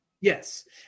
Yes